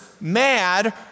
mad